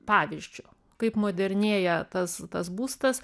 pavyzdžiu kaip modernėja tas tas būstas